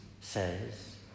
says